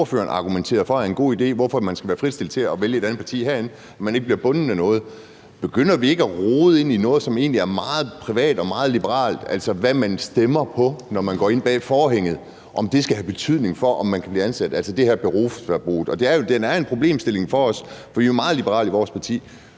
for er en god idé, er, at man skal være frit stillet til at vælge et andet parti herinde, at man ikke bliver bundet af noget. Begynder vi ikke at rode inde i noget, som egentlig er meget privat og meget liberalt, altså hvad man stemmer på, når man går ind bag forhænget, og om det skal have en betydning for, om man kan blive ansat, altså det her berufsverbot? Det er jo en problemstilling for os, for vi er jo meget liberale i vores parti.